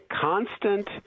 constant